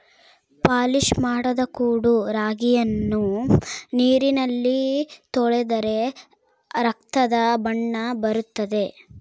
polish ಮಾಡದ ಕೊಡೊ ರಾಗಿಯನ್ನು ನೀರಿನಲ್ಲಿ ತೊಳೆದರೆ ರಕ್ತದ ಬಣ್ಣ ಬರುತ್ತದೆ